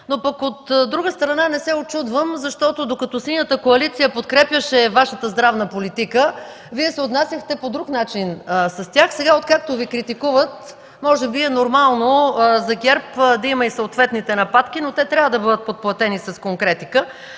От друга страна, не се учудвам, защото докато Синята коалиция подкрепяше Вашата здравна политика, Вие се отнасяхте по друг начин с тях. Сега, откакто Ви критикуват, може би е нормално за ГЕРБ да има и съответните нападки, но те трябва да бъдат подплатени с конкретика.